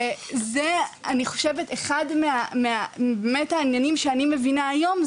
וזה אני חושבת אחד מהעניינים שאני מבינה היום,